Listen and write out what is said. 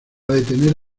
detener